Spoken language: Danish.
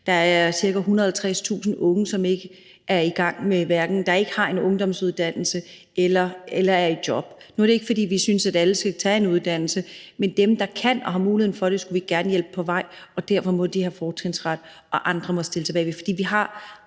der er cirka 160.000 unge, der ikke har en ungdomsuddannelse eller er i job. Nu er det ikke, fordi vi synes, at alle skal tage en uddannelse, men dem, der kan og har mulighed for det, skulle vi gerne hjælpe på vej, og derfor må de have fortrinsret, mens andre må stille sig bag i køen. Vi har